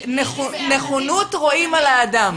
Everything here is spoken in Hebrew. נכונות רואים על האדם.